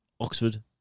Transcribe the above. Oxford